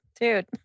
dude